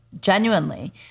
genuinely